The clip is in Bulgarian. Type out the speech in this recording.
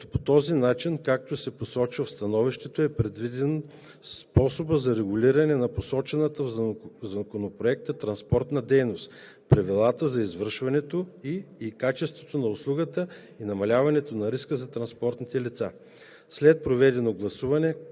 по този начин, както се посочва в становището, е предвиден способът за регулиране на посочената в Законопроекта транспортна дейност, правилата за извършването ѝ, качеството на услугата и намаляване на риска за транспортираните лица. След проведеното гласуване